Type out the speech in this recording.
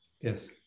Yes